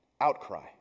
outcry